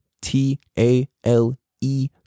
T-A-L-E